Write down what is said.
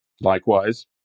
Likewise